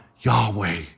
Yahweh